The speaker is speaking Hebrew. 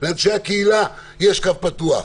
לאנשי הקהילה יש קו פתוח.